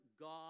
God